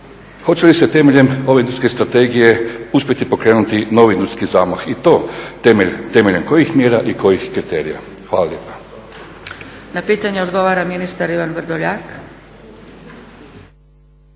hoće li se temeljem ove industrijske strategije uspjeti pokrenuti novi ljudski zamah i to temeljem kojih mjera i kojih kriterija? Hvala lijepa. **Zgrebec, Dragica (SDP)** Na pitanje odgovara ministar Ivan Vrdoljak.